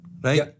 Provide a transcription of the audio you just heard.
Right